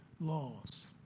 Laws